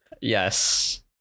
Yes